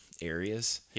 areas